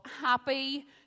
happy